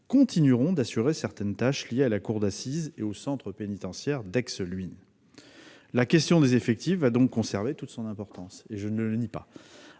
continueront d'assurer certaines tâches liées à la cour d'assises et au centre pénitentiaire d'Aix-Luynes. La question des effectifs conservera donc toute son importance, je ne le nie pas.